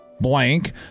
blank